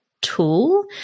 tool